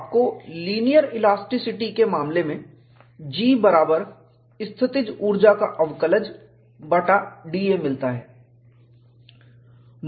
आपको linear elasticity के case में G बराबर स्थितिज पोटेंशियल ऊर्जा का अवकलज बटा da मिलता है